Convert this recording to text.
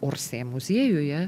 orsė muziejuje